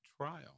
trial